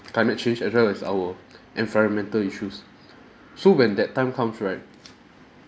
climate change as well as our environmental issues so when that time comes right